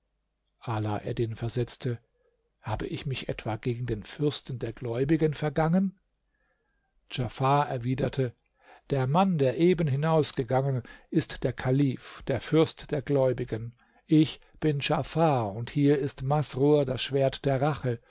ala eddin versetzte habe ich mich etwa gegen den fürsten der gläubigen vergangen djafar erwiderte der mann der eben hinausgegangen ist der kalif der fürst der gläubigen ich bin djafar und hier ist masrur das schwert der rache